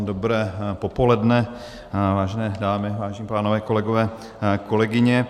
Dobré popoledne, vážené dámy, vážení pánové, kolegové, kolegyně.